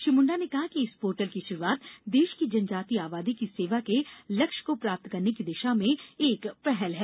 श्री मुंडा ने कहा कि इस पोर्टल की शुरूआत देश की जनजातीय आबादी की सेवा के लक्ष्य को प्राप्त करने की दिशा में एक पहल है